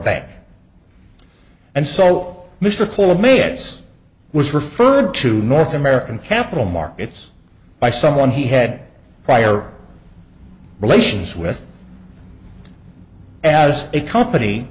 bath and so mr cool of me yes was referred to north american capital markets by someone he had prior relations with as a company